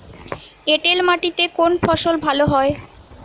এঁটেল মাটিতে কোন ফসল ভালো হয়?